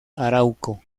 arauco